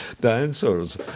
dancers